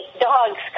dogs